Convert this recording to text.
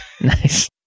Nice